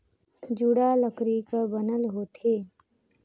जुड़ा लकरी कर बनल होथे